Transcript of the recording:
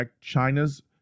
China's